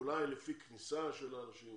אולי לפי כניסה של האנשים,